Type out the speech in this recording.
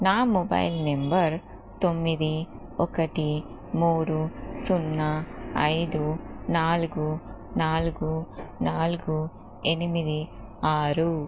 నా mobile number తొమ్మిది ఒకటి మూడు సున్నా ఐదు నాలుగు నాలుగు నాలుగు ఎనిమిది ఆరు